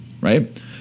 right